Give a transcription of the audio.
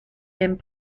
and